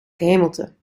gehemelte